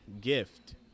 gift